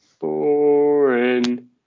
Boring